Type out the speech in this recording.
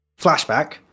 flashback